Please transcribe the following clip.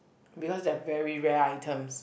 because they are very rare items